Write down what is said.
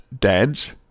dads